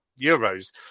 euros